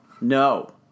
no